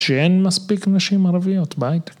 ‫שאין מספיק נשים ערביות בהייטק.